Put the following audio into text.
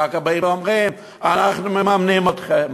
אחר כך באים ואומרים: אנחנו מממנים אתכם.